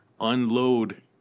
unload